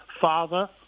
father